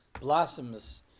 blossoms